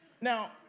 Now